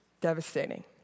devastating